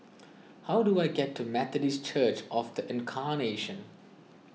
how do I get to Methodist Church of the Incarnation